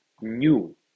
new